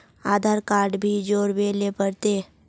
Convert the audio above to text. आधार card भी जोरबे ले पड़ते?